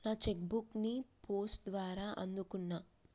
నా cheque book ని post ద్వారా అందుకున్నా